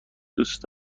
دوست